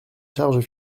charges